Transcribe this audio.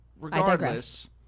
regardless